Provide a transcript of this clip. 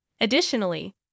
Additionally